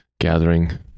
gathering